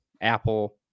Apple